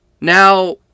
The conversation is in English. Now